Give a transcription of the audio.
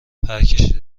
پرکشید